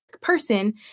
person